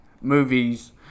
movies